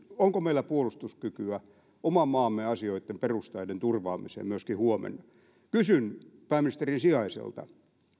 onko meillä puolustuskykyä oman maamme asioitten perusteiden turvaamiseen myöskin huomenna kysyn pääministerin sijaiselta